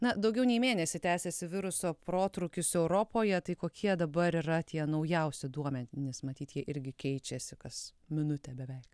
na daugiau nei mėnesį tęsiasi viruso protrūkis europoje tai kokie dabar yra tie naujausi duomenys matyt jie irgi keičiasi kas minutę beveik